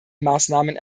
maßnahmen